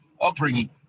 upbringing